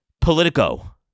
Politico